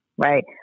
right